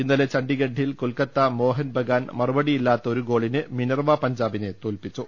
ഇന്നലെ ചണ്ഡീഗഢിൽ കൊൽക്കത്താ മോഹൻ ബഗാൻ മറുപടിയില്ലാത്ത ഒരു ഗോളിന് മിനർവ പഞ്ചാ ബിനെ തോൽപ്പിച്ചു